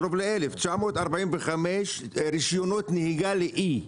קרוב ל-1,000 רישיונות נהיגה ל-E,